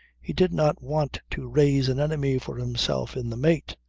he did not want to raise an enemy for himself in the mate.